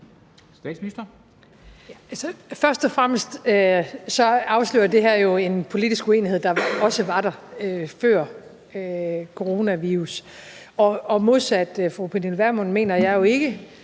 Først og fremmest afslører det her jo en politisk uenighed, der også var der før coronavirus. Modsat fru Pernille